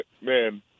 man